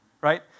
right